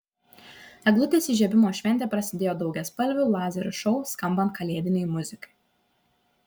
eglutės įžiebimo šventė prasidėjo daugiaspalvių lazerių šou skambant kalėdinei muzikai